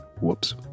Whoops